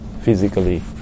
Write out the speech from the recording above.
physically